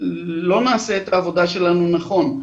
לא נעשה את העבודה שלנו נכון.